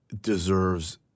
deserves